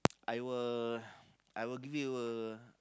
I will I will give you a